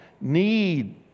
need